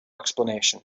explanation